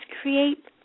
create